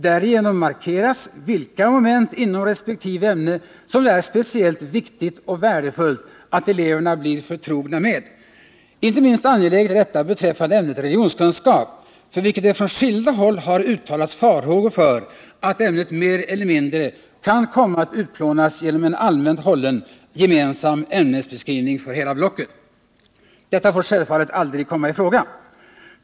Därigenom markeras vilka moment inom resp. ämne som det är speciellt viktigt och värdefullt att eleverna blir förtrogna med. Inte minst angeläget är detta beträffande ämnet religionskunskap. Det har från skilda håll uttalats farhågor för att ämnet mer eller mindre kan komma att utplånas genom en allmänt hållen gemensam ämnesbeskrivning för hela blocket. Detta får självfallet aldrig komma i fråga.